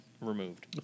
removed